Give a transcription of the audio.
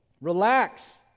Relax